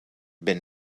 been